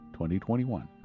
2021